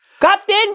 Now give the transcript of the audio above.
Captain